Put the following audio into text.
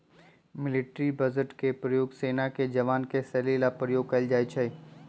military budget के प्रयोग सेना के जवान के सैलरी ला प्रयोग कइल जाहई